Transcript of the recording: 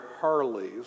Harleys